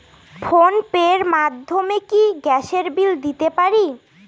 Phone pay র মাধ্যমে কি গ্যাসের বিল দিতে পারি?